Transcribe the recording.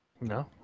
No